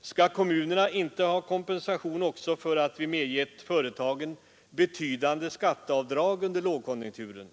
Skall kommunerna inte ha kompensation också för att vi medgett företagen betydande skatteavdrag under lågkonjunkturen?